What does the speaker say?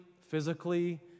physically